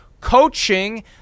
coaching